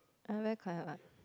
I'm very quiet what